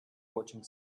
watching